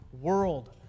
world